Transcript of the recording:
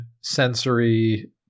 sensory